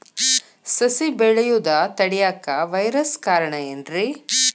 ಸಸಿ ಬೆಳೆಯುದ ತಡಿಯಾಕ ವೈರಸ್ ಕಾರಣ ಏನ್ರಿ?